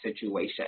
situation